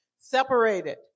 separated